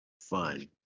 fun